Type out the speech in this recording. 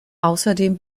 außerdem